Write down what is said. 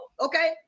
okay